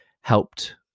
helped